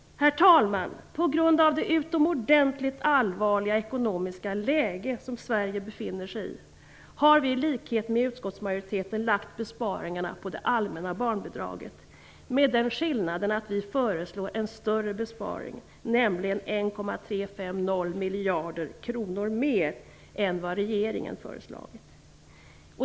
Herr talman! På grund av det utomordentligt allvarliga ekonomiska läge som Sverige befinner sig i har vi i likhet med utskottsmajoriteten lagt besparingarna på det allmänna barnbidraget, dock med den skillnaden att vi föreslår en större besparing, nämligen 1 350 miljarder kronor mer än vad regeringen har föreslagit.